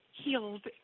healed